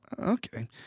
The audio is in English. Okay